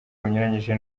bunyuranyije